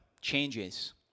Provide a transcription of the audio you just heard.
changes